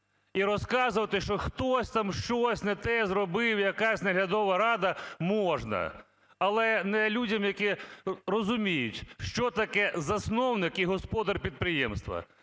І розказувати, що хтось там щось не те зробив, якась наглядова рада, можна, але не людям, які розуміють, що таке засновник і господар підприємства.